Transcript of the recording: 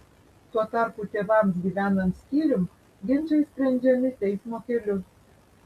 tuo tarpu tėvams gyvenant skyrium ginčai sprendžiami teismo keliu